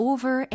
Over